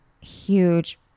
huge